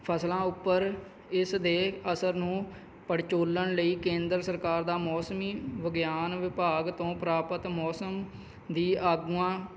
ਫਸਲਾਂ ਉੱਪਰ ਇਸ ਦੇ ਅਸਰ ਨੂੰ ਪੜਚੋਲਣ ਲਈ ਕੇਂਦਰ ਸਰਕਾਰ ਦਾ ਮੌਸਮੀ ਵਿਗਿਆਨ ਵਿਭਾਗ ਤੋਂ ਪ੍ਰਾਪਤ ਮੌਸਮ ਦੀ ਆਗੂਆਂ